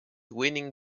winning